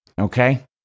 okay